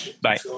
Bye